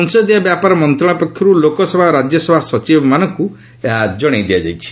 ସଂସଦୀୟ ବ୍ୟାପାର ମନ୍ତ୍ରଣାଳୟ ପକ୍ଷର୍ ଲୋକସଭା ଓ ରାଜ୍ୟସଭା ସଚିବମାନଙ୍କ ଏହା ଜଣାଇ ଦିଆଯାଇଛି